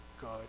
God